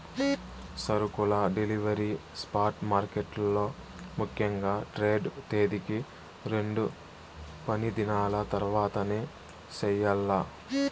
సరుకుల delivery spot మార్కెట్లలో ముఖ్యంగా ట్రేడ్ తేదీకి రెండు పనిదినాల తర్వాతనే చెయ్యాల్ల